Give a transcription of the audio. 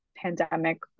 pandemic